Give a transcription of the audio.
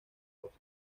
rosa